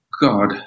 God